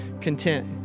content